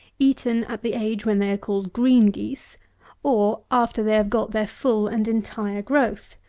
eaten at the age when they are called green geese or after they have got their full and entire growth,